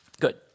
Good